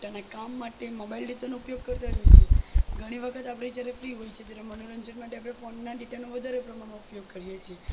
પોતાના કામ માટે મોબાઈલ ડેટાનો ઉપયોગ કરતા જ હોય છે ઘણી વખત આપણે જ્યારે ફ્રી હોઈએ છીએ તો મનોરંજન માટે આપણે ફોનના ડેટાનો વધારે પ્રમાણમાં ઉપયોગ કરીએ છીએ